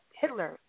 Hitler